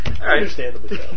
Understandably